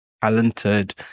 talented